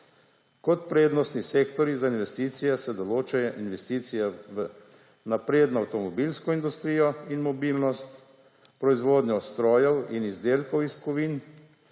Kot prednostni sektorji za investicije se določajo investicije v napredno avtomobilsko industrijo in mobilnost, proizvodnjo strojev in izdelkov iz kovin,